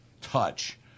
touch